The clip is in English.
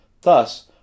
Thus